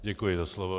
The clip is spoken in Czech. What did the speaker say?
Děkuji za slovo.